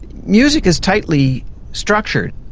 music is tightly structured,